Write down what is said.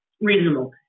Reasonable